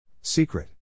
Secret